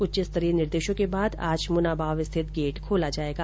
उच्च स्तरीय निर्देशों के बाद आज मुनाबाव स्थित गेट खोला जायेगा